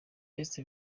best